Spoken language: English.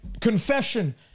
confession